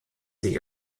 sich